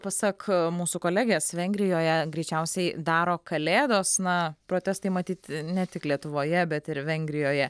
pasak mūsų kolegės vengrijoje greičiausiai daro kalėdos na protestai matyt ne tik lietuvoje bet ir vengrijoje